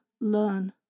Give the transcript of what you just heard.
learn